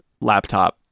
laptop